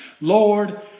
Lord